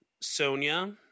Sonia